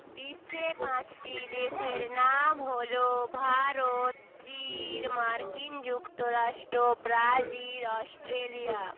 বিশ্বে পাঁচটি দেশের নাম হলো ভারত চীন মার্কিন যুক্তরাষ্ট্র ব্রাজিল অস্ট্রেলিয়া